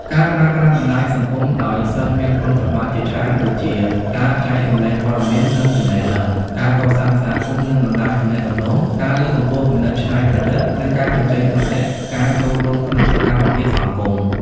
ការប្រើប្រាស់បណ្ដាញសង្គមដោយសិស្សមានគុណសម្បត្តិជាច្រើនដូចជា ការចែករំលែកព័ត៌មាន និងចំណេះដឹង ការកសាងសហគមន៍ និងបណ្ដាញទំនាក់ទំនង ការលើកកម្ពស់គំនិតច្នៃប្រឌិត និងការបញ្ចេញមតិ ការចូលរួមក្នុងសកម្មភាពសង្គម។